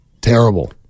Terrible